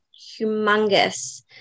humongous